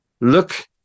look